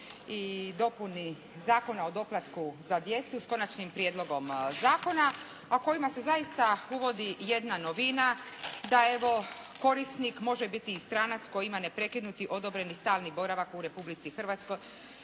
i dopuni Zakona o doplatku za djecu s konačnim prijedlogom zakona, a kojim se zaista uvodi jedna novina da evo korisnik može biti i stranac koji ima neprekinuti odobreni stalni boravak u Republici Hrvatskoj